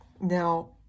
Now